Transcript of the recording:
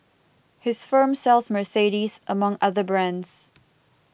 his firm sells Mercedes among other brands